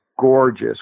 gorgeous